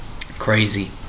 Crazy